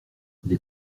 les